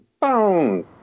phone